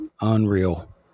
unreal